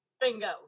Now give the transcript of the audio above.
Bingo